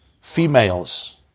females